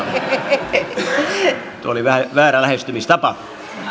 haluavat se oli vähän väärä lähestymistapa